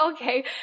Okay